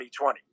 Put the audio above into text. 2020